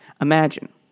Imagine